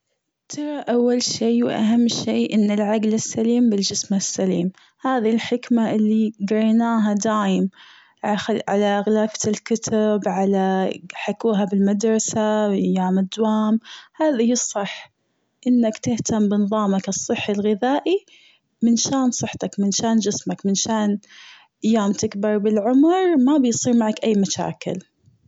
ترى أول شيء وأهم شيء أن العقل السليم بالجسم السليم، هذي الحكمة اللي قريناها دائم على آخر-على أغلفة الكتب على حكوها بالمدرسة وأيام الدوام هذه الصح، إنك تهتم بنظامك الصحي الغذائي من شان صحتك من شان جسمك من شان يوم تكبر بالعمر ما بيصير معك اي مشاكل.